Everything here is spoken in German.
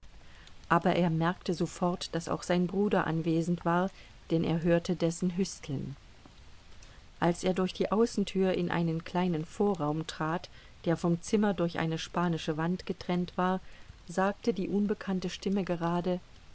aber er merkte sofort daß auch sein bruder anwesend war denn er hörte dessen hüsteln als er durch die außentür in einen kleinen vorraum trat der vom zimmer durch eine spanische wand getrennt war sagte die unbekannte stimme gerade